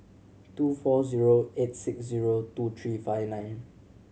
two four zero eight six zero two three five nine